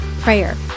prayer